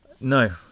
No